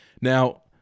Now